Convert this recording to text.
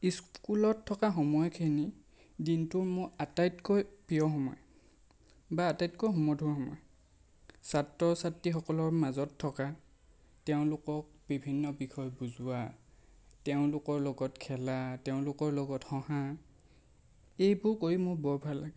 স্কুলত থকা সময়খিনি দিনটোৰ মোৰ আটাইতকৈ প্ৰিয় সময় বা আটাইতকৈ সুমধুৰ সময় ছাত্ৰ ছাত্ৰীসকলৰ মাজত থকা তেওঁলোকক বিভিন্ন বিষয় বুজোৱা তেওঁলোকৰ লগত খেলা তেওঁলোকৰ লগত হঁহা এইবোৰ কৰি মোৰ বৰ ভাল লাগে